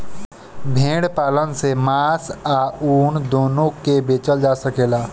भेड़ पालन से मांस आ ऊन दूनो के बेचल जा सकेला